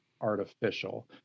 artificial